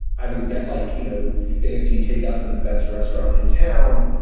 i'm going to get like, you know, fancy takeout from the best restaurant in town.